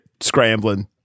scrambling